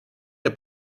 der